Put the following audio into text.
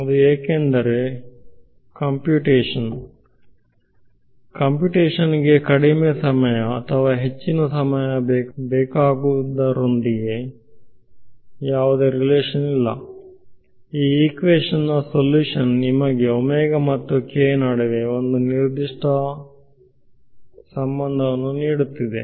ವಿದ್ಯಾರ್ಥಿ computation computation ಗೆ ಕಡಿಮೆ ಸಮಯ ಅಥವಾ ಹೆಚ್ಚಿನ ಸಮಯ ಬೇಕಾಗುವುದರೊಂದಿಗೆ ಯಾವುದೇ ಸಂಬಂಧವಿಲ್ಲ ಈ ಹಿಕ್ವಿಷನ್ ನ ಸೊಲ್ಯೂಷನ್ ನಿಮಗೆ ಮತ್ತು k ನಡುವೆ ಒಂದು ನಿರ್ದಿಷ್ಟ ಸಂಬಂಧವನ್ನು ನೀಡುತ್ತಿದೆ